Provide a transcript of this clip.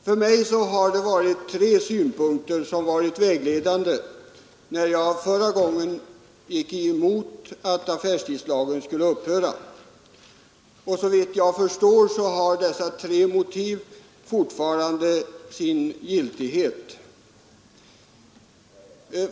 För mig var tre synpunkter vägledande när jag förra gången gick emot förslaget att affärstidslagen skulle upphöra, och såvitt jag förstår har dessa tre motiv fortfarande sin giltighet.